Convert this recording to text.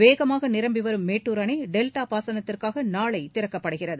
வேகமாக நிரம்பி வரும் மேட்டூர் அணை டெல்டா பாசனத்திற்காக நாளை திறக்கப்படுகிறது